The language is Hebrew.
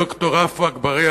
ד"ר עפו אגבאריה,